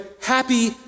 happy